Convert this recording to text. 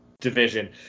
division